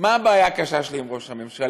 מה הבעיה הקשה שלי עם ראש הממשלה?